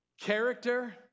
Character